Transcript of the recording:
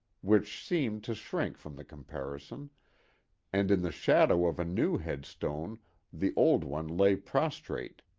which seemed to shrink from the comparison and in the shadow of a new headstone the old one lay prostrate,